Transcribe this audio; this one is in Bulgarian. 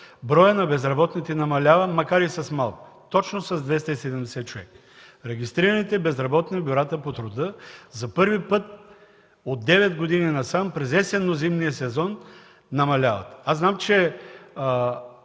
броят на безработните намалява, макар и с малко – точно с 270 човека. Регистрираните безработни в бюрата по труда за първи път от девет години насам през есенно-зимния сезон намаляват. Знам, че